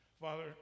Father